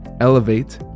Elevate